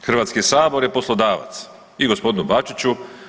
Hrvatski sabor je poslodavac i gospodinu Bačiću.